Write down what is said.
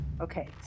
okay